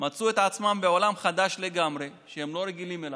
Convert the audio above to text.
מצאו את עצמם בעולם חדש לגמרי שהם לא רגילים אליו.